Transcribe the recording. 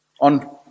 On